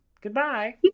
Goodbye